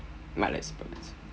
my respect lah